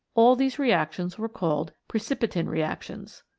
all these reactions were called pre cipitin reactions.